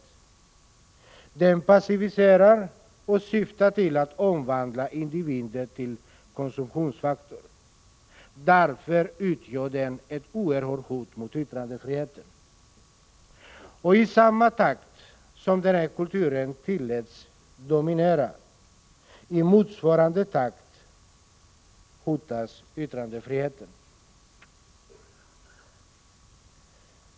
Den passiviserar och syftar till att omvandla individer till konsumtionsfaktorer. Därför utgör den ett oerhört hot mot yttrandefriheten. I samma takt som denna kultur tillåts dominera hotas yttrandefriheten.